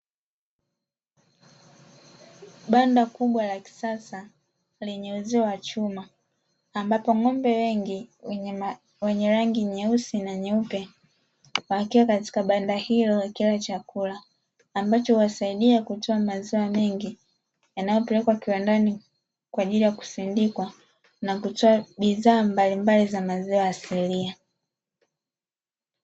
Banda kubwa la kisasa lenye uzio wa chuma ambapo, ng'ombe wengi wenye rangi nyeusi na nyeupe wakiwa katika banda hilo wakila chakula ambacho huwasaidia kutoa maziwa mengi yanayopelekwa kiwandani kwa ajili ya kusindikwa na kutoa bidhaa mbalimbali za maziwa asilia.